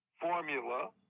formula